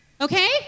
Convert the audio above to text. Okay